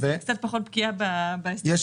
אני קצת פחות בקיאה בזה.